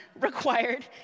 required